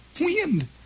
Wind